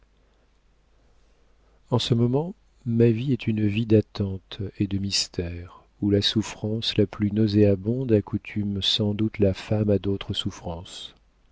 en ce moment ma vie est une vie d'attente et de mystères où la souffrance la plus nauséabonde accoutume sans doute la femme à d'autres souffrances